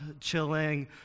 chilling